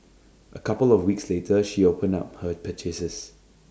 A couple of weeks later she opened up her purchases